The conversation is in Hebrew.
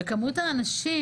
דרך אגב,